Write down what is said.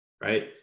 right